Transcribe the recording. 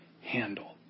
handle